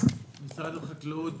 משרד החקלאות.